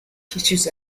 tissues